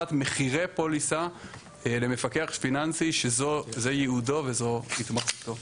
מחירי פוליסה למפקח פיננסי שזה ייעודו וזו התמחותו.